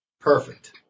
perfect